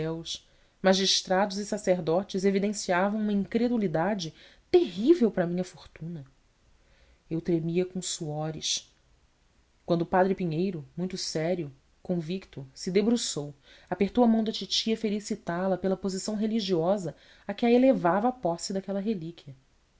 céus magistrados e sacerdotes evidenciavam uma incredulidade terrível para a minha fortuna eu tremia com suores quando o padre pinheiro muito sério convicto se debruçou apertou a mão da titi a felicitá la pela posição religiosa a que a elevava a posse daquela relíquia